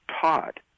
taught